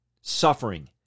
suffering